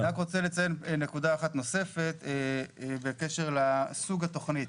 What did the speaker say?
אני רוצה לציין נקודה אחת נוספת בקשר לסוג התכנית.